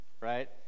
right